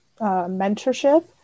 mentorship